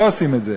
לא עושים את זה,